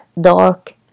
dark